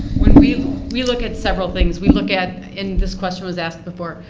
when we we look at several things, we look at, and this question was asked before,